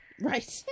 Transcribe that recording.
Right